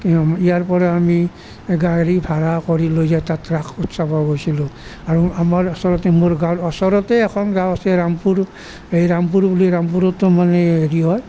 ইয়াৰ পৰা আমি গাড়ী ভাড়া কৰি লৈ যাই তাত ৰাস উৎসৱত গৈছিলোঁ আৰু আমাৰ ওচৰতে মোৰ গাঁৱৰ ওচৰতে এখন গাঁও আছে ৰামপুৰ সেই ৰামপুৰ বুলি ৰামপুৰতো মানে হেৰি হয়